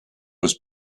was